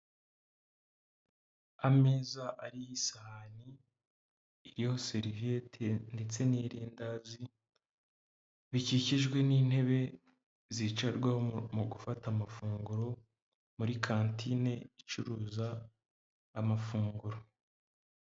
Ameza ariho isahani iriho seriviyete ndetse n'irindazi, bikikijwe n'intebe zicarwaho mu gufata amafunguro muri kantine icuruza amafunguro.